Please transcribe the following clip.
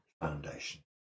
foundation